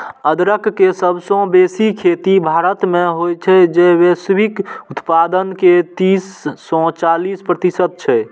अदरक के सबसं बेसी खेती भारत मे होइ छै, जे वैश्विक उत्पादन के तीस सं चालीस प्रतिशत छै